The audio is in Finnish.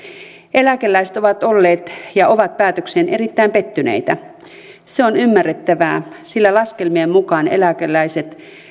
eläkeläiset ovat olleet ja ovat päätökseen erittäin pettyneitä se on ymmärrettävää sillä laskelmien mukaan eläkeläiset